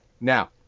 now